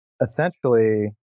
essentially